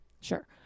Sure